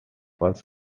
first